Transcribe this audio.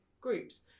groups